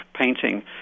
painting